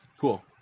cool